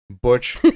Butch